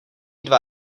dva